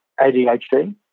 ADHD